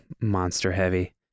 monster-heavy